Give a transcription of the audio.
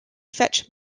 fetch